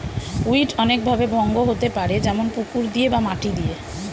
weed অনেক ভাবে ভঙ্গ হতে পারে যেমন পুকুর দিয়ে বা মাটি দিয়ে